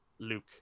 Luke